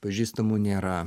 pažįstamų nėra